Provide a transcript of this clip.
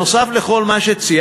נוסף על כל מה שציינתי,